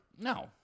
No